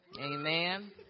Amen